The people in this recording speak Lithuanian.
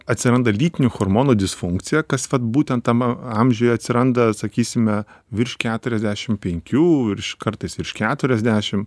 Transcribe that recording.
atsiranda lytinių chormonų disfunkcija kas vat būtent tame amžiuje atsiranda sakysime virš keturiasdešim penkių virš kartais virš keturiasdešim